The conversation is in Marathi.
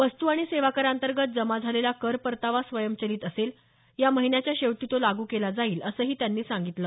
वस्तू आणि सेवा करांतर्गत जमा झालेला कर परतावा स्वयंचलित असेल या महिन्याच्या शेवटी तो लागू केला जाईल असंही त्यांनी सांगितलं